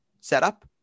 setup